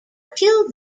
kill